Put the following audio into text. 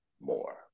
more